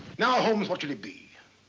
now holmes, what will it be?